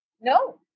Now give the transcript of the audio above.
No